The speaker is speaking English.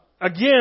again